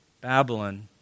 Babylon